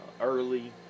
early